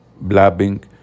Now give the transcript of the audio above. blabbing